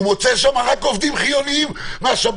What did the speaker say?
הוא ימצא שם רק עובדים חיוניים מהשב"כ,